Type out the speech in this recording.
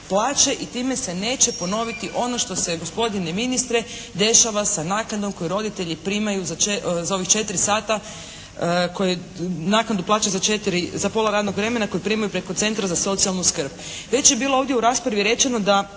plaće i time se neće ponoviti ono što se gospodine ministre dešava sa naknadom koju roditelji primaju za ovih 4 sata, koje naknadu plaća za 4, za pola radnog vremena koje primaju preko centra za socijalnu skrb. Već je bilo ovdje u raspravi rečeno da